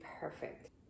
perfect